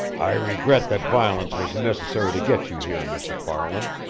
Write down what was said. i regret that violence was necessary to get you here, mr. farland,